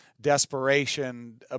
desperation